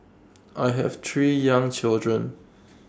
I have three young children